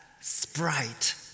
Sprite